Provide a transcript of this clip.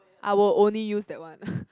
I will only use that one